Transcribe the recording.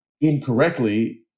incorrectly